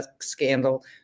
scandal